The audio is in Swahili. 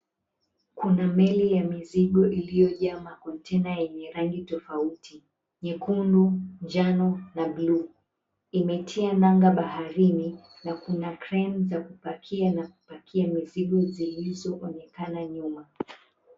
Kuna meli ya mizigo iliojaa makontena yenye rangi tofauti, jekundu ,njano na bluu, imetia nanga baharini na kuna kreni za kupakia na kupakia mizigo zilizoonekana nyuma.